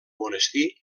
monestir